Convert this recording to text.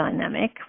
dynamic